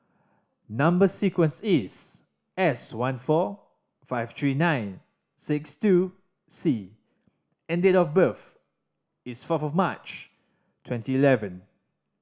number sequence is S one four five three nine six two C and date of birth is fourth of March twenty eleven